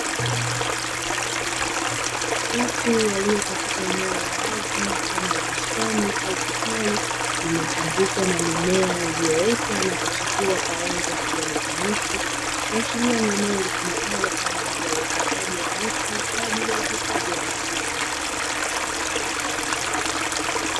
Watu walio katika eneo la wazi mfano wa bustani au kitalu limezungukwa na mimea iliyootana kuchipua kwa rangi ya kijani kibichi kuashiria ni eneo ulitumikalo kwa ajili ya uendeshaji wa miti kwa ajili ya uhifadhi wa misitu